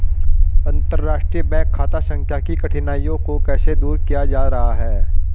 अंतर्राष्ट्रीय बैंक खाता संख्या की कठिनाइयों को कैसे दूर किया जा रहा है?